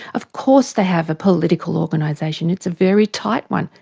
of course they have a political organisation, it's a very tight one.